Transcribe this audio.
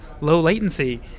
low-latency